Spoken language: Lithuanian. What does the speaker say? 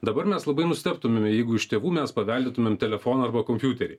dabar mes labai nustebtumėme jeigu iš tėvų mes paveldėtumėm telefoną arba kompiuterį